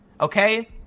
okay